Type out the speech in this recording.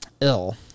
ill